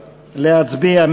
להצביע.